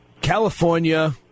California